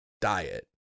diet